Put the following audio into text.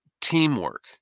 teamwork